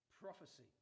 prophecy